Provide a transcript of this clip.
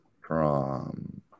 prom